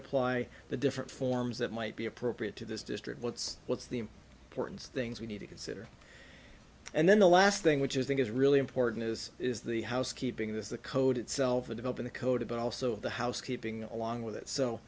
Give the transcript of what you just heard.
apply the different forms that might be appropriate to this district what's what's the point and things we need to consider and then the last thing which is that is really important is is the house keeping this the code itself or developing the code but also the housekeeping along with it so